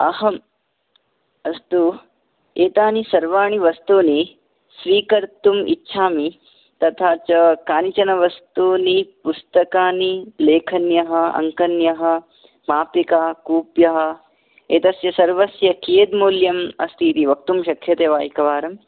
अहम् अस्तु एतानि सर्वाणि वस्तूनि स्वीकर्तुम् इच्छामि तथा च कानिचन वस्तूनि पुस्तकानि लेखन्यः अङ्कन्यः मापिकाः कुप्यः एतस्य सर्वस्य कियत् मूल्यम् अस्ति इति वक्तुं शक्यते वा एकवारम्